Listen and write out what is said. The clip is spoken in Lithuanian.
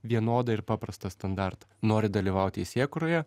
vienodą ir paprastą standartą nori dalyvaut teisėkūroje